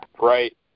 Right